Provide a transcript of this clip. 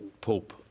Pope